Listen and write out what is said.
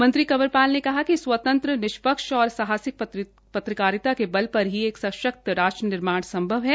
मंत्री कंवरपाल ने कहा कि स्वतंत्र निष्पक्ष और साहसिक पत्रकारिता के बल पर ही एक सशक्त राष्ट्र का निर्माण संभव है